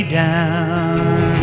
down